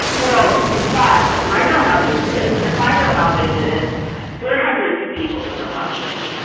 well in fact i know how they did it and if i know how they did it there are hundreds of people who know how they did it.